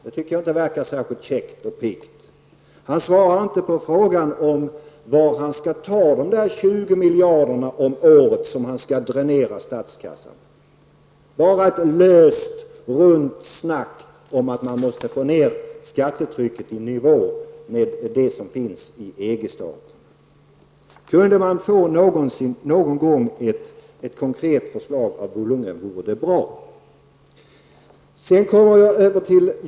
Det verkar inte särskilt käckt och piggt. Bo Lundgren svarade inte på frågan om varifrån han skall ta de 20 miljarderna om året som skall dräneras ur statskassan. Bo Lundgren har inget annat att komma med än bara ett löst rundsnack om att man måste få ned skattetrycket i nivå med EG-staternas skattetryck. Det vore bra om man någon gång kunde få ett konkret förslag från Bo Lundgren.